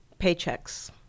Paychecks